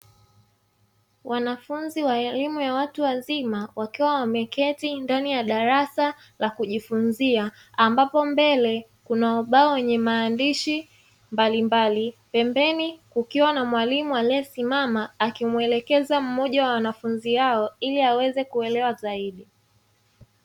Wanafunzi wa elimu ya watu wazima, wakiwa wameketi ndani ya darasa la kujifunzia, ambapo mbele kuna ubao wenye maandishi mbalimbali, pembeni kukiwa na mwalimu aliyesimama akimuelekeza mmoja wa wanafunzi hao ili aweze kuelewa zaidi.